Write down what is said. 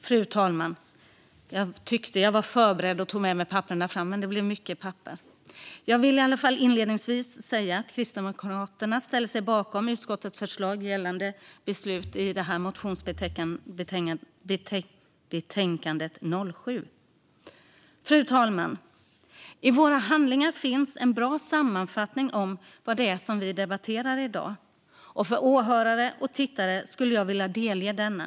Fru talman! Jag vill inledningsvis säga att Kristdemokraterna ställer sig bakom utskottets förslag till beslut i motionsbetänkandet AU7. Fru talman! I våra handlingar finns en bra sammanfattning av vad det är vi debatterar i dag, och jag skulle vilja delge åhörare och tittare denna.